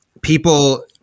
people